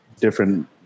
different